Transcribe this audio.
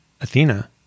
Athena